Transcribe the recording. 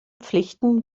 pflichten